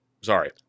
Sorry